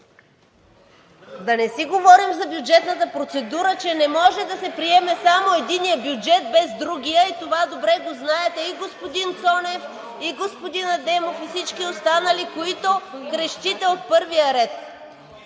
Да не си говорим за бюджетната процедура, че не може да се приеме само единият бюджет, без другия, и това добре го знаете – и господин Цонев, и господин Адемов, и всички останали,… (Шум и реплики от